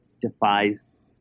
defies